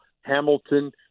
Hamilton